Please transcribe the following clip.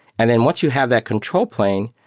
and then once you have that control plane,